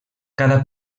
cada